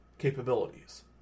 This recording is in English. capabilities